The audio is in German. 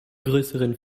größeren